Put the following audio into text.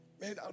man